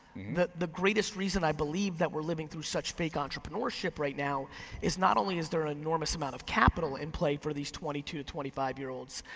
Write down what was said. the the greatest reason i believe that we're living through such fake entrepreneurship right now is not only is there enormous amount of capital in play for these twenty two twenty five year olds,